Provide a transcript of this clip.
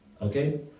Okay